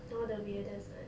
orh the weirdest [one]